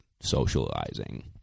socializing